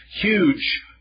huge